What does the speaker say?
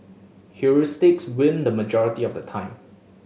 heuristics win the majority of the time